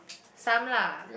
some lah